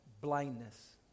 blindness